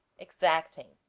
exacting